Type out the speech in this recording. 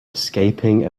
escaping